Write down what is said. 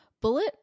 bullet